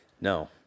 no